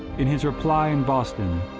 in his reply in boston,